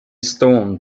storm